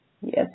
Yes